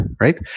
right